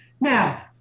Now